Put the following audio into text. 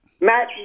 Matt